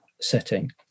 setting